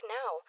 now